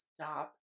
stop